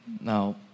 Now